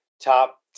top